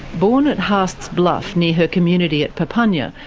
born at haast's bluff, near her community at papunya,